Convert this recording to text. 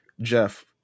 jeff